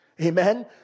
Amen